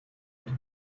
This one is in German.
und